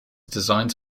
designs